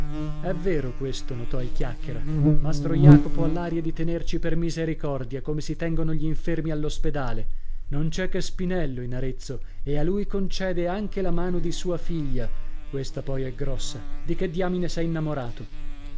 è vero questo notò il chiacchiera mastro jacopo ha l'aria di tenerci per misericordia come si tengono gl'infermi all'ospedale non c'è che spinello in arezzo e a lui concede anche la mano di sua figlia questa poi è grossa di che diamine s'è innamorato